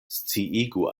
sciigu